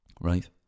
right